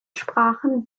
sprachen